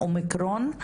האומיקרון,